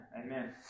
Amen